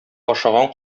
ашаган